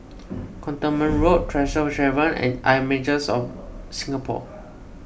Cantonment Road Tresor Tavern and Images of Singapore